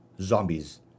Zombies